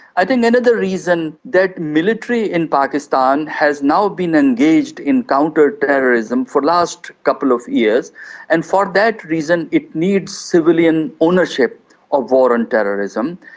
i think another reason that military in pakistan has now been engaged in counterterrorism for the last couple of years and for that reason it needs civilian ownership of war on terrorism,